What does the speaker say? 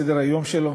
בסדר-היום שלו,